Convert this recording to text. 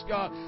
God